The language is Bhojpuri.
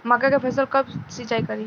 मका के फ़सल कब सिंचाई करी?